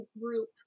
group